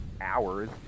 hours